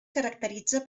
caracteritza